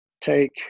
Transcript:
take